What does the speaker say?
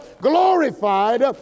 glorified